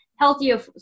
healthier